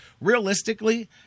realistically